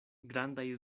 grandaj